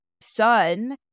son